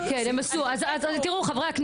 איפה הוא?